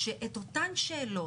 שיש ערים,